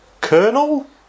colonel